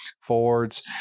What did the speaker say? Fords